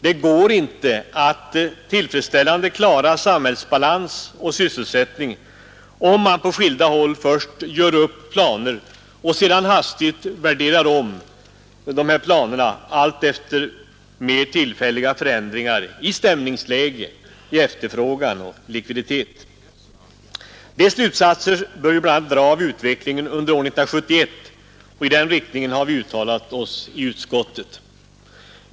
Det går inte att tillfredsställande klara samhällsbalans och sysselsättning, om man på skilda håll först gör upp planer och sedan hastigt värderar om dessa alltefter mer tillfälliga förändringar i stämningsläge, efterfrågan och likviditet. De slutsatserna bör vi bl.a. dra av utvecklingen under år 1971, och i den riktningen har vi uttalat oss i utskottet.